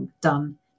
done